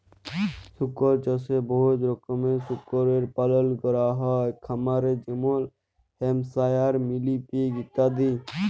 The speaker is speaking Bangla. শুকর চাষে বহুত রকমের শুকরের পালল ক্যরা হ্যয় খামারে যেমল হ্যাম্পশায়ার, মিলি পিগ ইত্যাদি